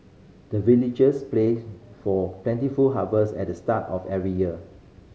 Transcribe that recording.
the villagers pray for plentiful harvest at the start of every year